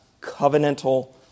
covenantal